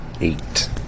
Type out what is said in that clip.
eight